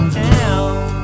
town